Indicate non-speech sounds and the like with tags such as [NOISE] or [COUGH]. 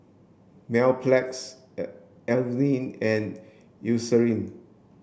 Mepilex [NOISE] Avene and Eucerin